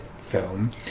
film